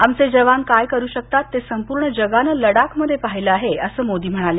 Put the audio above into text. आमचे जवान काय करु शकतात ते संपूर्ण जगानं लडाखमध्ये पाहिले आहे असे मोदी म्हणाले